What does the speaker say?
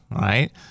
right